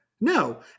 no